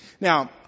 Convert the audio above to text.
Now